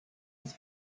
its